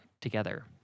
together